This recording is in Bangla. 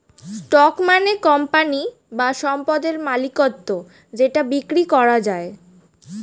স্টক মানে কোম্পানি বা সম্পদের মালিকত্ব যেটা বিক্রি করা যায়